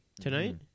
Tonight